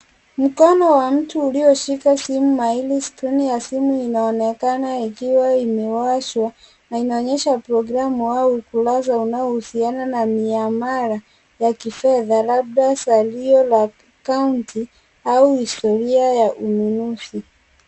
Mkono wa mtu ulioshika simu mahiri. Skrini ya simu inaonekana ikiwa imewashwa na inaonyesha programu au ukurasa unaohusiana na miamala ya kifedha labda salio la akaunti au historia ya ununuzi.